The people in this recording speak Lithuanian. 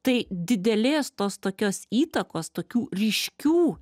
tai didelės tos tokios įtakos tokių ryškių